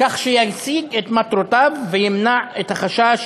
כך שישיג את מטרותיו וימנע את החשש